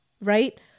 right